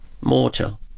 mortal